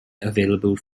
available